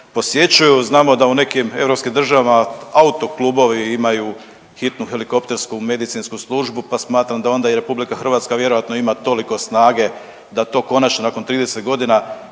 posjećuju. Znamo da u nekim europskim državama autokubovi imaju hitnu helikoptersku medicinsku službu pa smatram da onda i RH vjerojatno ima toliko snage da to konačno nakon 30 godina